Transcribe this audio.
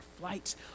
flights